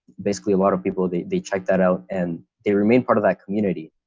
basically a lot of people, they they check that out and they remain part of that community.